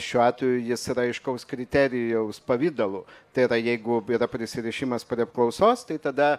šiuo atveju jis yra aiškaus kriterijaus pavidalu tai yra jeigu yra prisirišimas prie apklausos tai tada